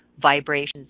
vibrations